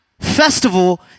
festival